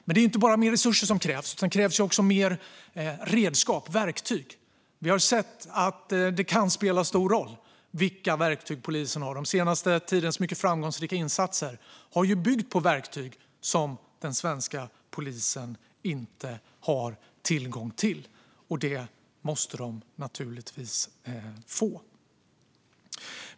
Men det är inte bara mer resurser som krävs, utan det krävs också mer verktyg. Vi har sett att det kan spela stor roll vilka verktyg polisen har. Den senaste tidens mycket framgångsrika insatser har ju byggt på verktyg som den svenska polisen inte har tillgång till. Det måste de naturligtvis få.